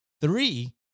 Three